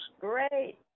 Great